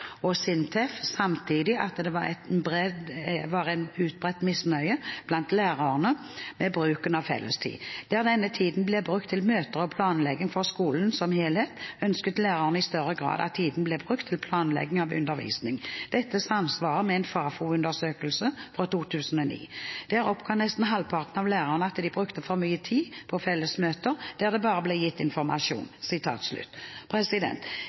og SINTEF samtidig at det var en utbredt misnøye blant lærerne med bruken av fellestid. Der denne tiden ble brukt til møter og planlegging for skolen som helhet, ønsket lærerne i større grad at tiden ble brukt til planlegging av undervisning. Dette samsvarer med en FAFO-undersøkelse fra 2009. Der oppga nesten halvparten av lærerne at de brukte for mye tid på fellesmøter der det bare ble gitt informasjon.»